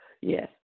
Yes